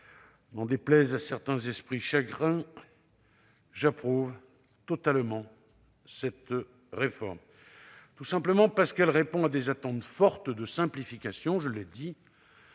N'en déplaise à certains esprits chagrins, j'approuve totalement cette réforme, tout simplement par ce qu'elle répond à des attentes fortes de simplification. J'y insiste